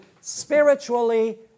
spiritually